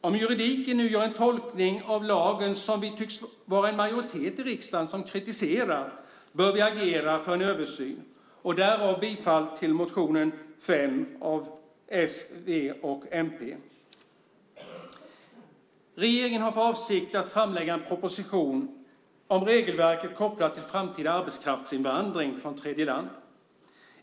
Om juridiken nu gör en tolkning av lagen som vi tycks vara en majoritet i riksdagen som kritiserar bör vi agera för en översyn, därav bifall till reservation 5 av s, v och mp. Regeringen har för avsikt att framlägga en proposition om regelverket kopplat till framtida arbetskraftsinvandring från tredjeland.